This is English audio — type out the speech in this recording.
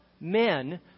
men